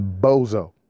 bozo